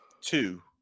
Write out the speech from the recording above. Two